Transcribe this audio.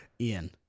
Ian